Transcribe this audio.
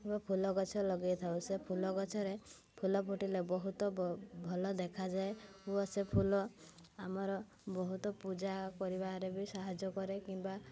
ଫୁଲଗଛ ଲଗେଇଥାଉ ସେ ଫୁଲଗଛରେ ଫୁଲ ଫୁଟିଲେ ବହୁତ ଭଲ ଦେଖାଯାଏ ଓ ସେ ଫୁଲ ଆମର ବହୁତ ପୂଜା କରିବାରେ ବି ସାହାଯ୍ୟ କରେ କିମ୍ବା